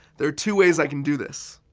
there are two ways i can do this.